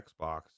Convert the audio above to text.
xbox